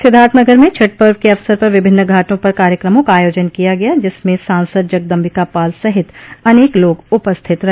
सिद्धार्थनगर में छठ पर्व के अवसर पर विभिन्न घाटों पर कार्यक्रमों का आयोजन किया गया जिसमें सांसद जगदम्बिका पाल सहित अनेक लोग उपस्थित रहे